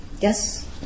Yes